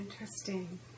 interesting